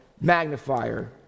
magnifier